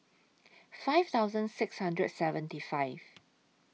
five thousand six hundred seventy five